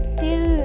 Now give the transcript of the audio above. till